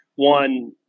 one